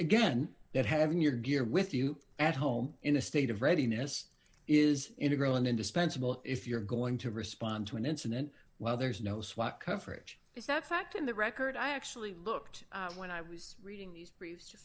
again that having your gear with you at home in a state of readiness is integral and indispensable if you're going to respond to an incident while there is no swat coverage is that fact in the record i actually booked when i was reading these briefs to